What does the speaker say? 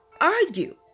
argue